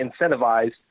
incentivized